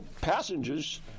passengers